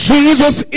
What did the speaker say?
Jesus